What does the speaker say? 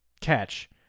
catch